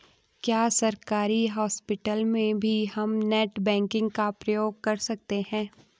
क्या सरकारी हॉस्पिटल में भी हम नेट बैंकिंग का प्रयोग कर सकते हैं?